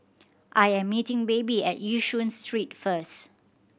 I am meeting Baby at Yishun Street first